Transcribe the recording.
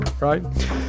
right